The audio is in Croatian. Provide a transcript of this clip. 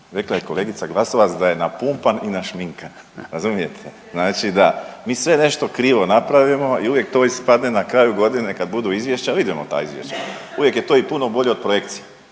rekla je kolegica Glasovac da je napumpan i našminkan, razumijete. Znači da mi sve nešto krivo napravimo i uvijek to ispadne na kraju godine kad budu izvješća, vidimo ta izvješća, uvijek je to i puno bolje od projekcije